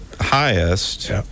highest